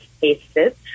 cases